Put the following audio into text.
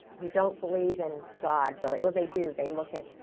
who don't believe in god really. well they do they look at.